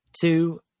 Two